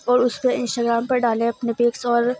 اور اس پہ انسٹاگرام پہ ڈالیں اپنے پکس اور